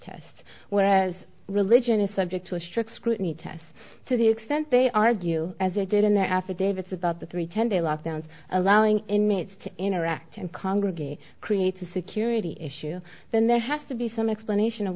test whereas religion is subject to a strict scrutiny tests to the extent they argue as they did in the affidavits about the three ten day lock downs allowing inmates to interact and congregate create a security issue then there has to be some explanation of